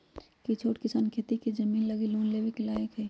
कि छोट किसान खेती के जमीन लागी लोन लेवे के लायक हई?